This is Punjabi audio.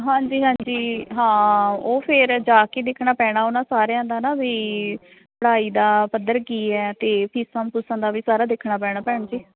ਹਾਂਜੀ ਹਾਂਜੀ ਹਾਂ ਉਹ ਫਿਰ ਜਾ ਕੇ ਦੇਖਣਾ ਪੈਣਾ ਉਹਨਾਂ ਸਾਰਿਆਂ ਦਾ ਨਾ ਵੀ ਪੜ੍ਹਾਈ ਦਾ ਪੱਧਰ ਕੀ ਆ ਅਤੇ ਫੀਸਾਂ ਫੂਸਾਂ ਦਾ ਵੀ ਸਾਰਾ ਦੇਖਣਾ ਪੈਣਾ ਭੈਣ ਜੀ